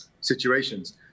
situations